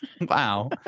Wow